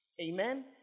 Amen